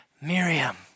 Miriam